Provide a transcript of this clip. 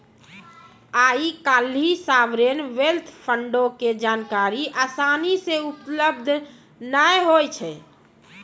आइ काल्हि sovereign wealth फंडो के जानकारी असानी से उपलब्ध नै होय छै